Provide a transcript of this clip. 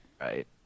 Right